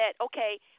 okay